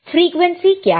अब फ्रीक्वेंसी क्या है